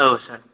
औ सार